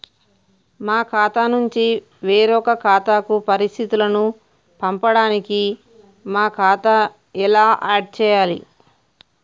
మా ఖాతా నుంచి వేరొక ఖాతాకు పరిస్థితులను పంపడానికి మా ఖాతా ఎలా ఆడ్ చేయాలి?